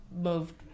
moved